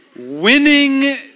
Winning